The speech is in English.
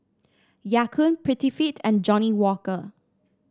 Ya Kun Prettyfit and Johnnie Walker